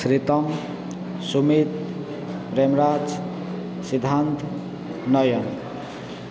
Sritam Sumit Premraj Siddhant Nayan